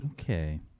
Okay